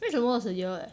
that's almost a year leh